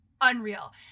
unreal